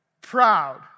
proud